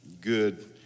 good